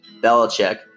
Belichick